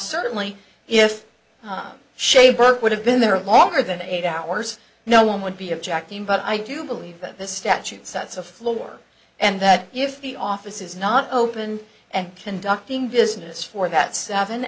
certainly if shay burke would have been there longer than eight hours no one would be objecting but i do believe that the statute sets a floor and that if the office is not open and conducting business for that seven